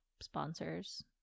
sponsors